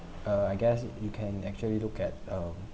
uh I guess you can actually look at uh